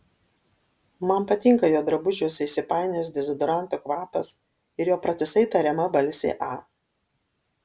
man patinka jo drabužiuose įsipainiojęs dezodoranto kvapas ir jo pratisai tariama balsė a